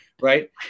right